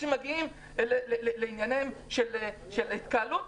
כשמגיעים לעניינים של התקהלות,